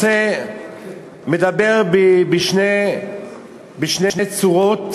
מדובר בשתי צורות